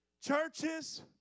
churches